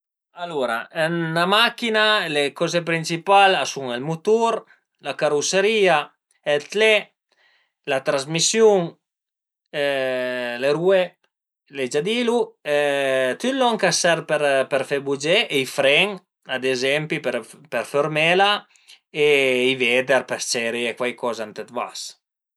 Alura ën 'na machin-a le coze principal a sun ël mutur, la caruserìa, ël tlè, la trasmisiun, le rue l'ai gia dilu, tüt lon ch'a serv për fe bugé e i fren, ad ezempi, për fermela e i veder per s-ciaireie cuaicoza ëndua vas